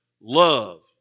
love